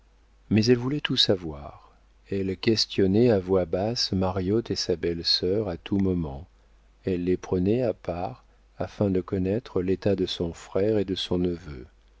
mais elle voulait tout savoir elle questionnait à voix basse mariotte et sa belle-sœur à tout moment elle les prenait à part afin de connaître l'état de son frère et de son neveu